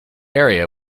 area